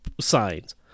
signs